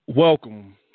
Welcome